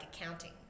accounting